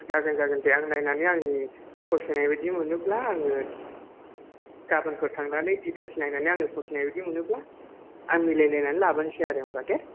जागोन जागोन दे आं नायनानै आंनि फसायनाय बादि मोनोब्ला आङो गाबोनफोर थांनानै डिटेल्स नायनानै आंनि फसायनायबादि मोनोब्ला आं मिलायलायनानै लाबोसै आरो होनब्ला दे